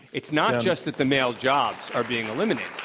it's not just that the male jobs are being eliminated.